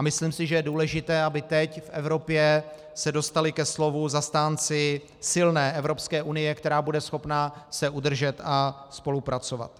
Myslím si, že je důležité, aby se teď v Evropě dostali ke slovu zastánci silné Evropské unie, která bude schopna se udržet a spolupracovat.